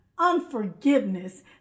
unforgiveness